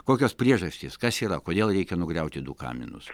kokios priežastys kas yra kodėl reikia nugriauti du kaminus